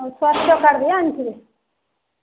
ଆଉ ସ୍ୱାସ୍ଥ୍ୟ କାର୍ଡ଼୍ ବି ଆଣିଥିବେ